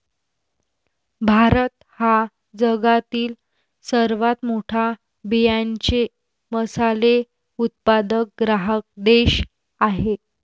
भारत हा जगातील सर्वात मोठा बियांचे मसाले उत्पादक ग्राहक देश आहे